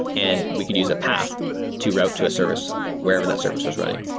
and we could use a path to route to a service where that service was running.